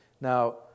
Now